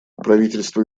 правительство